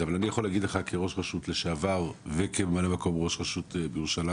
אבל אני יכול להגיד לך כראש רשות לשעבר וכממלא מקום ראש רשות בירושלים,